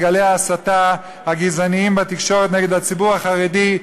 גלי ההסתה הגזעניים בתקשורת נגד הציבור החרדי,